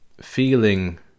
feeling